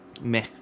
meh